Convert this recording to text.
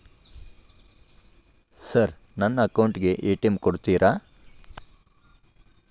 Sir ನನ್ನ account ಗೆ ATM ಕೊಡುತ್ತೇರಾ?